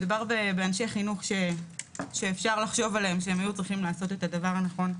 מדובר באנשי חינוך שאפשר לחשוב עליהם שהיו צריכים לעשות את הדבר הנכון.